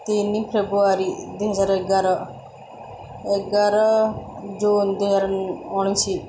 ତିନି ଫେବୃଆରୀ ଦୁଇହଜାର ଏଗାର ଏଗାର ଜୁନ୍ ଦୁଇହଜାର ଉଣେଇଶି